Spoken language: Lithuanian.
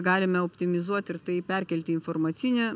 galime optimizuoti ir tai perkelti į informacinę